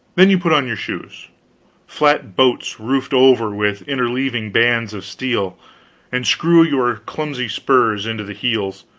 then you put on your shoes flat-boats roofed over with interleaving bands of steel and screw your clumsy spurs into the heels.